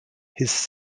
his